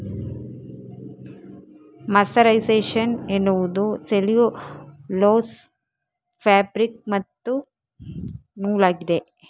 mercerisation ಎನ್ನುವುದು cellulose fabric ಮತ್ತು ನೂಲಾಗಿದೆ